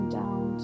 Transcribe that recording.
down